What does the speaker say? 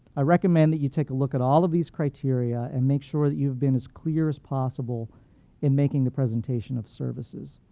i recommend that you take a look at all of these criteria and make sure that you've been as clear as possible in making the presentation of the services.